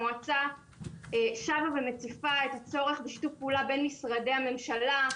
המועצה שבה ומציפה את הצורך בשיתוף פעולה בין משרדי הממשלה,